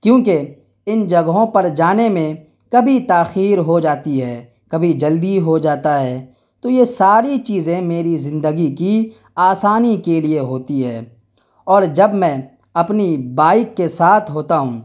کیوںکہ ان جگہوں پر جانے میں کبھی تاخیر ہو جاتی ہے کبھی جلدی ہو جاتا ہے تو یہ ساری چیزیں میری زندگی کی آسانی کے لیے ہوتی ہیں اور جب میں اپنی بائک کے ساتھ ہوتا ہوں